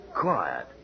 quiet